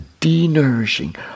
denourishing